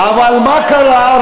אבל מה קרה?